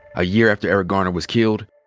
a year after eric garner was killed,